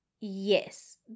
Yes